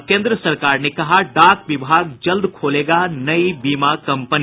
और केन्द्र सरकार ने कहा डाक विभाग जल्द खोलेगा नई बीमा कंपनी